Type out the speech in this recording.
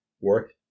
work